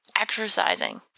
exercising